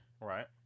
Right